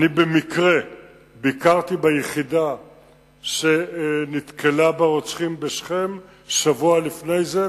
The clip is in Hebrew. במקרה ביקרתי ביחידה שנתקלה ברוצחים בשכם שבוע לפני זה,